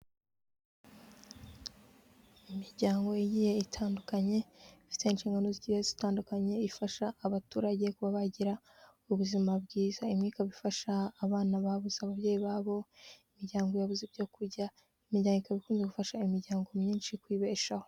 Imiryango igiye itandukanye, ifite inshingano zigiye zitandukanye, ifasha abaturage kuba bagira ubuzima bwiza, imwe ikaba ifasha abana babuze ababyeyi babo, imiryango yabuze ibyo kujya, imiryango ikaba ikunze gufasha imiryango myinshi kwibeshaho.